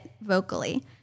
vocally